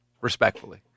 respectfully